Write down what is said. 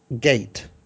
gate